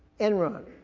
enron,